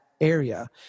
area